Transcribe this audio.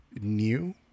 new